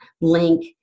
link